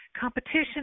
competition